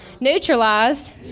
neutralized